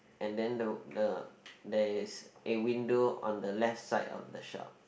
and then the the there is a window on the left side of the shop